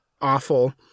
awful